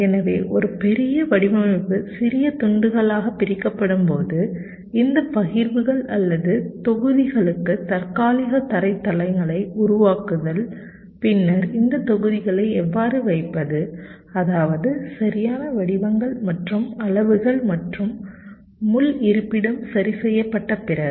எனவே ஒரு பெரிய வடிவமைப்பு சிறிய துண்டுகளாக பிரிக்கப்படும்போது இந்த பகிர்வுகள் அல்லது தொகுதிகளுக்கு தற்காலிக தரைத்தளங்களை உருவாக்குதல் பின்னர் இந்த தொகுதிகளை எவ்வாறு வைப்பது அதாவது சரியான வடிவங்கள் மற்றும் அளவுகள் மற்றும் முள் இருப்பிடம் சரி செய்யப்பட்ட பிறகு